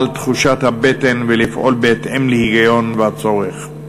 תחושת הבטן ולפעול בהתאם להיגיון ולצורך.